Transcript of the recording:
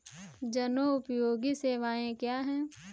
जनोपयोगी सेवाएँ क्या हैं?